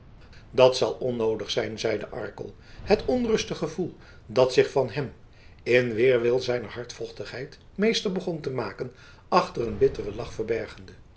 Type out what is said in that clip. dat zal onnoodig zijn zeide arkel het onrustig gevoel dat zich van hem in weerwil zijner hardvochtigheid meester begon te maken achter een bitteren lach verbergende